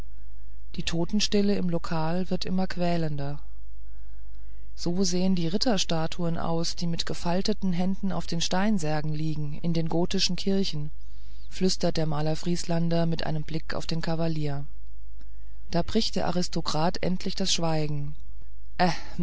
die totenstille im lokal wird immer quälender so sehen die ritterstatuen aus die mit gefalteten händen auf den steinsärgen liegen in den gotischen kirchen flüstert der maler vrieslander mit einem blick auf den kavalier da bricht der aristokrat endlich das schweigen